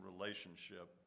relationship